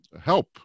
help